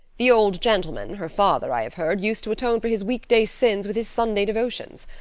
the old gentleman, her father, i have heard, used to atone for his weekday sins with his sunday devotions.